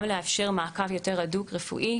גם לאפשר מעקב רפואי